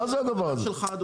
מה זה הדבר הזה?